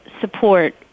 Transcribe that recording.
support